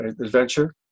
adventure